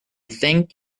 thank